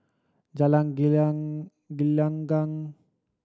Jalan Gelenggang